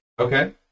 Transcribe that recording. Okay